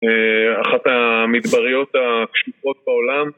אחת המדבריות הקשיחות בעולם